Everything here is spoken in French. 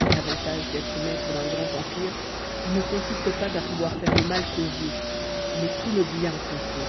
l'avantage d'être maître d'un grand empire ne consiste pas à pouvoir faire le mal qu'on veut mais tout le bien qu'on peut